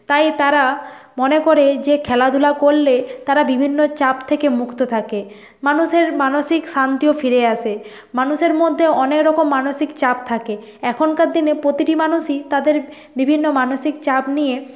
তাই তারা মনে করে যে খেলাধুলা করলে তারা বিভিন্ন চাপ থেকে মুক্ত থাকে মানুষের মানসিক শান্তিও ফিরে আসে মানুষের মধ্যে অনেক রকম মানসিক চাপ থাকে এখনকার দিনে প্রতিটি মানুষই তাদের বিভিন্ন মানসিক চাপ নিয়ে